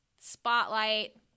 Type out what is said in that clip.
Spotlight